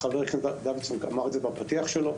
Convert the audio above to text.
חבר הכנסת דוידסון אמר את זה בפתיח שלו.